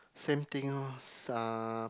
same thing lor s~ uh